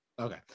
okay